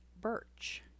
birch